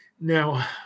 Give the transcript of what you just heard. Now